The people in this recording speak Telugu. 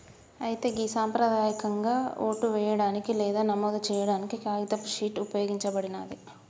అయితే గి సంప్రదాయకంగా ఓటు వేయడానికి లేదా నమోదు సేయాడానికి కాగితపు షీట్ ఉపయోగించబడినాది